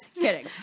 Kidding